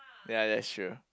ya that's true